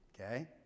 Okay